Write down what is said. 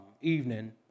evening